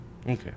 Okay